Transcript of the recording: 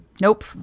nope